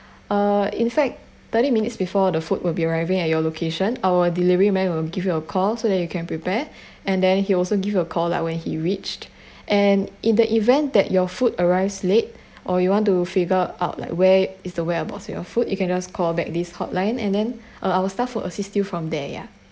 uh in fact thirty minutes before the food will be arriving at your location our delivery man will give you a call so that you can prepare and then he also give you a call lah when he reached and in the event that your food arrives late or you want to figure out like where is the whereabouts your food you can just call back this hotline and then uh our staff will assist you from there yeah